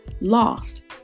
lost